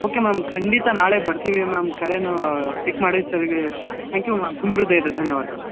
okay ma'am ಖಂಡಿತ ನಾಳೆ ಬರ್ತೀವಿ ಮ್ಯಾಮ್ ಕರೆಯನ್ನು ಪಿಕ್ ಮಾಡಿದ ಸರೀಗೆ ತ್ಯಾಂಕ್ ಯು ಮ್ಯಾಮ್ ತುಂಬು ಹೃದಯದ ಧನ್ಯವಾದಗಳು